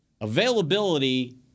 availability